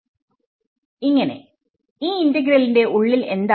to ഈ ഇന്റഗ്രലിന്റെ ഉള്ളിൽ എന്താണ്